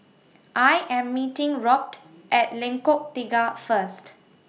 I Am meeting Robt At Lengkok Tiga First